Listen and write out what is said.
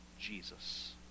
Jesus